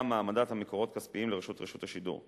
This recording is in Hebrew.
גם העמדת המקורות הכספיים לרשות רשות השידור.